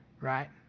right